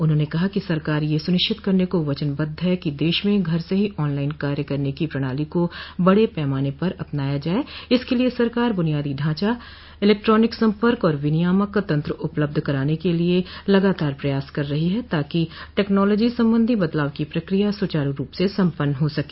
उन्होंने कहा सरकार यह सुनिश्चित करने को वचनबद्व है कि देश में घर से ही ऑनलाइन कार्य करने की प्रणाली को बड़े पैमाने पर अपनाया जाये इसके लिए सरकार बूनियादी ढांचा इलेक्ट्रानिक संपर्क और विनियामक तंत्र उपलब्ध कराने के लगातार प्रयास कर रही है ताकि टेक्नोलॉजी संबंधी बदलाव की प्रक्रिया सुचारू रूप से संपन्न हो सके